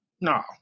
No